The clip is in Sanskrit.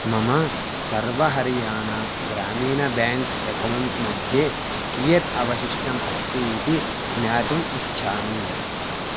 मम सर्व हरियाना ग्रामीण बेङ्क् एकौण्ट्मध्ये कियत् अवशिष्टमस्ति इति ज्ञातुम् इच्छामि